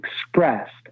expressed